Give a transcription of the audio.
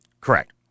Correct